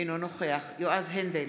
אינו נוכח יועז הנדל,